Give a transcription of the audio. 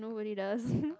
nobody does